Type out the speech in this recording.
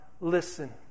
listen